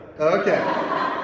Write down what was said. Okay